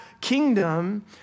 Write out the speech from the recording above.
kingdom